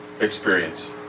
experience